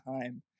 time